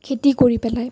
খেতি কৰি পেলাই